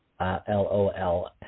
LOL